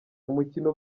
umukino